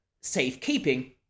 safekeeping